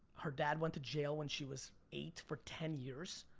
her dad went to jail when she was eight for ten years.